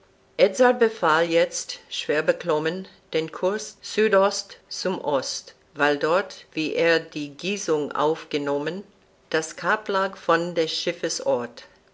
befahl jetzt schwer beklommen den kurs süd ost zum ost weil dort wie er die gissung aufgenommen das cap lag von des schiffes